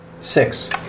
Six